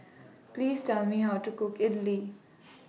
Please Tell Me How to Cook Idili